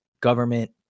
government